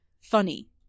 funny